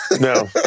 No